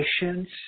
patience